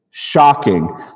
Shocking